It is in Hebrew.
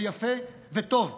זה יפה וטוב,